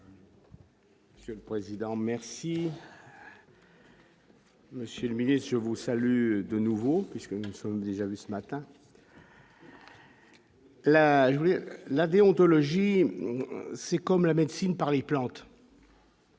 C'est le président, merci. Monsieur le ministre, je vous salue, de nouveau, puisque nous sommes déjà vu ce matin. La la déontologie, c'est comme la médecine par les plantes.